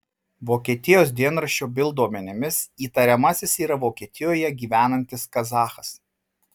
vokietijos dienraščio bild duomenimis įtariamasis yra vokietijoje gyvenantis kazachas